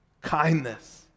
kindness